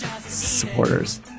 supporters